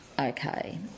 okay